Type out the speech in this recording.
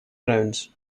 grounds